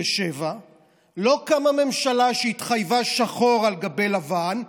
משום שמאז 1967 לא קמה ממשלה שהתחייבה שחור על גבי לבן,